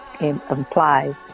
implies